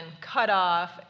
cutoff